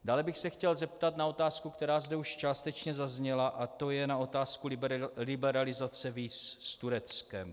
Dále bych se chtěl zeptat na otázku, která zde už částečně zazněla, a to je na otázku liberalizace víz s Tureckem.